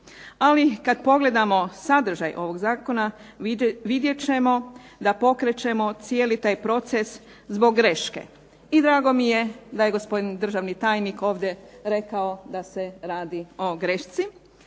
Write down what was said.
Ali kad pogledamo sadržaj ovog zakona vidjet ćemo da pokrećemo cijeli taj proces zbog greške i drago mi je da je gospodin državni tajnik ovdje rekao da se radi o grešci